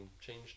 change